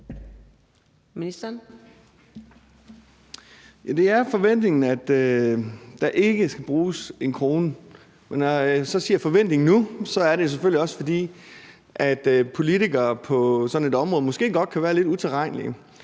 det er forventningen, at der ikke skal bruges en krone. Men når jeg så siger »forventningen« nu, er det selvfølgelig også, fordi politikere på sådan et område måske godt kan være lidt utilregnelige.